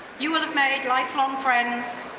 you would've made lifelong friends,